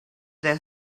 their